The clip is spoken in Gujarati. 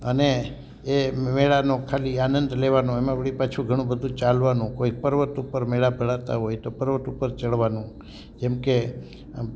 અને એ મેળાનો ખાલી આનંદ લેવાનો એમાં વળી પાછું ઘણુબધું ચાલવાનું કોઈ પર્વત ઉપર મેળા ભરાતા હોય તો પર્વત ઉપર ચડવાનું જેમકે આમ